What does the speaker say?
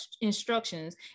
instructions